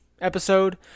episode